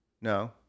No